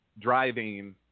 driving